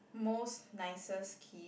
most nicest key